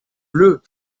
bleues